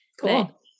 Cool